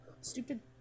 Stupid